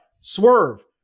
Swerve